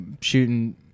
shooting